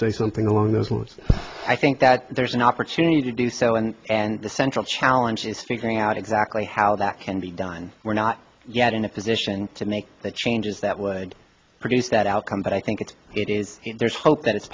say something along those lines i think that there's an opportunity to do so and and the central challenge is figuring out exactly how that can be done we're not yet in a position to make the changes that would produce that outcome but i think that it is there's hope that it's